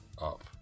up